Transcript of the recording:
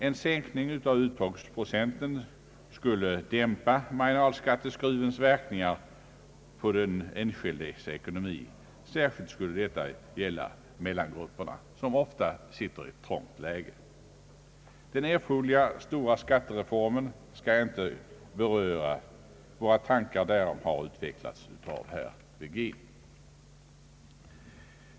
En sänkning av uttagningsprocenten skulle dämpa marginalskatte skruvens verkningar på den enskildes ekonomi. Särskilt skulle detta gälla mellangrupperna, som ofta sitter i ett trångt läge. Den erforderliga stora skattereformen skall jag inte beröra; våra tankar därom har utvecklats av herr Virgin.